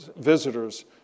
visitors